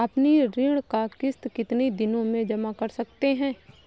अपनी ऋण का किश्त कितनी दिनों तक जमा कर सकते हैं?